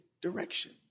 direction